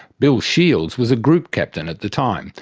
bill shields was a group captain at the time,